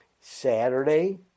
Saturday